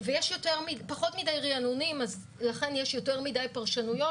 יש פחות מדיי ריענונים ולכן יש יותר מדיי פרשנויות,